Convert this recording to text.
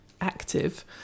active